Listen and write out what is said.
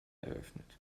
eröffnet